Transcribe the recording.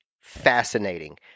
fascinating